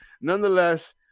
nonetheless